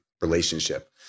relationship